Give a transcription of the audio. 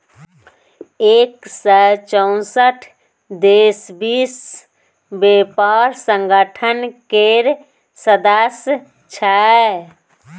एक सय चौंसठ देश विश्व बेपार संगठन केर सदस्य छै